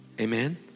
Amen